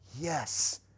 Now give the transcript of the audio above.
yes